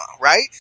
right